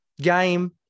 Game